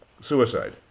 suicide